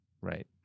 right